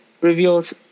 reveals